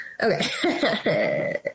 Okay